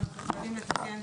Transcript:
ואנחנו חייבים לתקן.